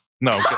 No